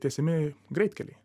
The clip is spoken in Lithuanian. tiesiami greitkeliai